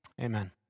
Amen